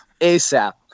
ASAP